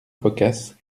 phocas